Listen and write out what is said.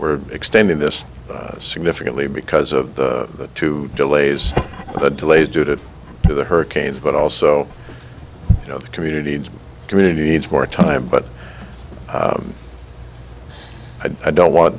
we're extending this significantly because of the two delays the delays due to the hurricane but also you know the community and community needs more time but i don't want